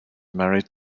married